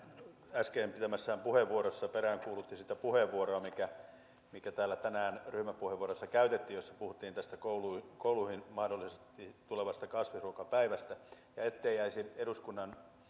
äsken käyttämässään puheenvuorossa peräänkuulutti sitä puheenvuoroa mikä mikä täällä tänään ryhmäpuheenvuorossa käytettiin jossa puhuttiin tästä kouluihin kouluihin mahdollisesti tulevasta kasvisruokapäivästä ettei jäisi eduskunnan